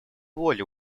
воли